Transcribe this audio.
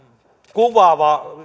kuvaava